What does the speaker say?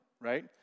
right